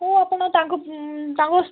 ହଉ ଆପଣ ତାଙ୍କୁ ତାଙ୍କ